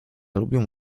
lubią